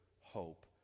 hope